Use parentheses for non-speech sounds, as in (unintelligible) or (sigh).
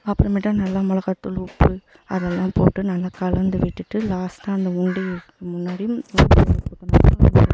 அப்புறமேட்டா நல்லா மிளகாத்தூள் உப்பு அதெல்லாம் போட்டு நல்லா கலந்து விட்டுவிட்டு லாஸ்ட்டாக அந்த மூடியை முன்னாடி (unintelligible)